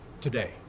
today